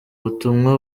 butumwa